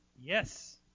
Yes